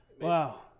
Wow